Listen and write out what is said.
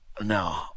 No